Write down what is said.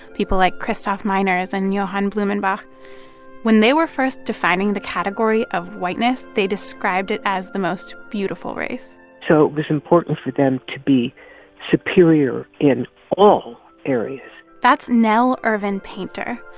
people like christoph meiners and johann blumenbach when they were first defining the category of whiteness, they described it as the most beautiful race so it was important for them to be superior in all areas that's nell irvin painter.